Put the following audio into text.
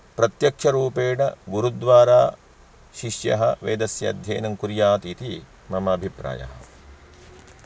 प्रत्यक्षरूपेण गुरुद्वारा शिष्यः वेदस्य अध्ययनं कुर्यात् इति मम अभिप्रायः